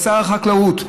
לשר החקלאות,